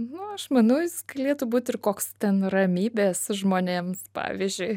nu aš manau jis galėtų būt ir koks ten ramybės žmonėms pavyzdžiui